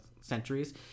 centuries